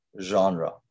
genre